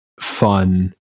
fun